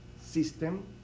system